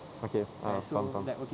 okay ah faham faham